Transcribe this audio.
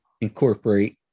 incorporate